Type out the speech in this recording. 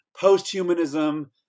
post-humanism